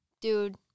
dude